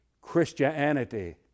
Christianity